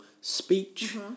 speech